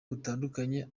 butandukanye